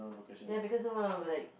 ya because I wana be like